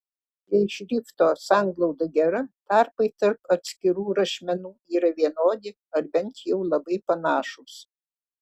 jei šrifto sanglauda gera tarpai tarp atskirų rašmenų yra vienodi ar bent jau labai panašūs